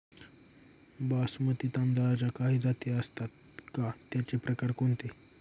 बासमती तांदळाच्या काही जाती असतात का, त्याचे प्रकार कोणते?